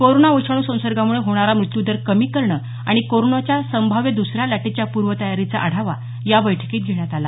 corona विषाणू संसर्गामुळे होणारा मृत्यूदर कमी करणं आणि कोरोनाच्या संभाव्य द्सऱ्या लाटेच्या पूर्वतयारीचा आढावा या बैठकीत घेण्यात आला